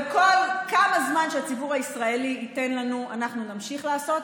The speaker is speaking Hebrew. וכמה זמן שהציבור הישראלי ייתן לנו אנחנו נמשיך לעשות.